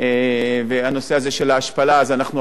אז אנחנו עכשיו התקשרנו עם חברה,